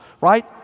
right